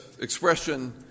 expression